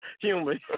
human